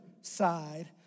side